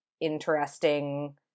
interesting